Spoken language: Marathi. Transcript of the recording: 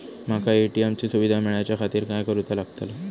माका ए.टी.एम ची सुविधा मेलाच्याखातिर काय करूचा लागतला?